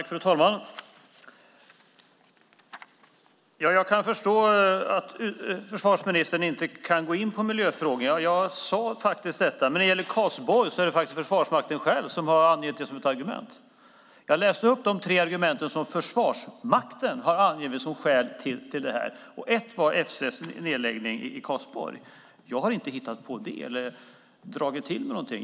Fru talman! Jag kan förstå att försvarsministern inte kan gå in på miljöfrågor. Jag sade faktiskt det. Men när det gäller Karlsborg är det Försvarsmakten själv som har angett detta som ett argument. Jag läste upp de tre argument som Försvarsmakten har angivit som skäl till detta. Ett var nedläggningen av F 6 i Karlsborg. Jag har inte hittat på det här eller dragit till med någonting.